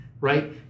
right